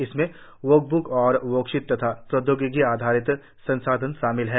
इनमें वर्कब्क और वर्कशीट तथा प्रौदयोगिकी आधारित संसाधन शामिल हैं